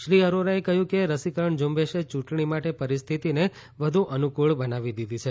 શ્રી અરોરાએ કહ્યું કે રસીકરણ ઝુંબેશે યૂંટણી માટે પરિસ્થિતિને વધુ અનુફ્નળ બનાવી દીધી છે